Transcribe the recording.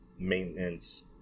maintenance